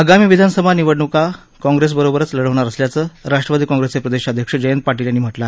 आगामी विधानसभा निवडण्क काँग्रेसबरोबरच लढणार असल्याचं राष्ट्रवादी काँग्रेसचे प्रदेशाध्यक्ष जयंत पाटील यांनी सांगितलं